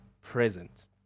present